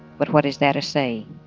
but what is there to say?